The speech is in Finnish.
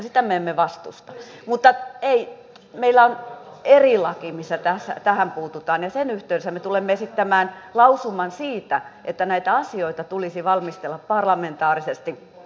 sitä me emme vastusta mutta ei meillä on eri laki missä tähän puututaan ja sen yhteydessä me tulemme esittämään lausuman siitä että näitä asioita tulisi valmistella parlamentaarisesti